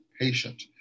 patient